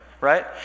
right